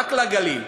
רק לגליל.